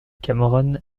cameron